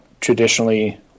traditionally